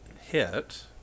hit